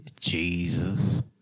Jesus